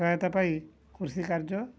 ସହାୟତା ପାଇଁ କୃଷି କାର୍ଯ୍ୟ